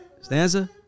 Stanza